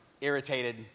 irritated